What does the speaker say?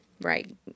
right